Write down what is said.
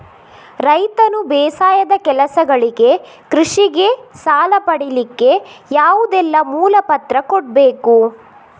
ರೈತನು ಬೇಸಾಯದ ಕೆಲಸಗಳಿಗೆ, ಕೃಷಿಗೆ ಸಾಲ ಪಡಿಲಿಕ್ಕೆ ಯಾವುದೆಲ್ಲ ಮೂಲ ಪತ್ರ ಕೊಡ್ಬೇಕು?